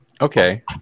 Okay